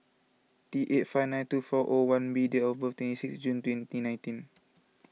T eight five nine two four O one B date of birth is twenty six June twenty nineteen